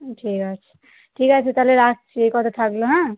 হুম ঠিক আছে ঠিক আছে তালে রাখছি ওই কথা থাকলো হ্যাঁ